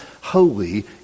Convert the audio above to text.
holy